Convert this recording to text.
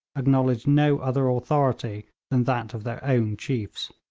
acknowledged no other authority than that of their own chiefs.